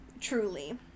Truly